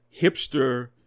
hipster